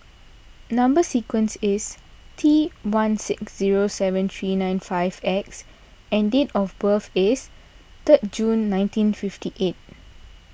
Number Sequence is T one six zero seven three nine five X and date of birth is third June nineteen fifty eight